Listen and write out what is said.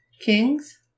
Kings